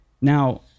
Now